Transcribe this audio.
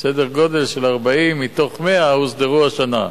סדר גודל של 40 מתוך 100 הוסדרו השנה.